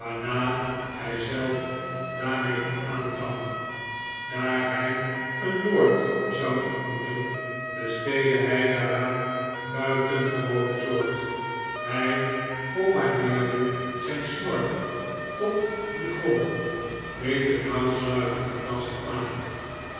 waarna hijzelf daarmee kon aanvangen daar hij een lord zou ontmoeten besteedde hij daaraan buitengewone zorg hij pomadeerde zijn snor tot die glom deed een nauwsluitende das aan